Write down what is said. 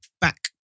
back